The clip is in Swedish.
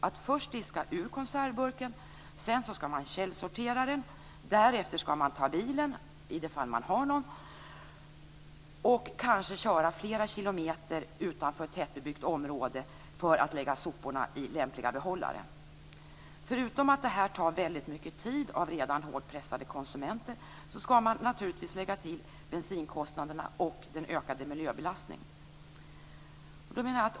Först skall man diska ur konservburken, sedan skall man källsortera den och därefter skall man ta bilen - om man har någon - för att kanske köra flera kilometer utanför tätbebyggt område och lägga soporna i lämpliga behållare. Förutom att det tar mycket tid från redan hårt pressade konsumenter får man dessutom lägga till besinkostnaderna och miljöbelastningen.